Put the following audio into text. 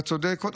אתה צודק.